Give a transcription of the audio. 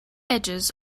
edges